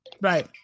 Right